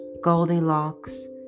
Goldilocks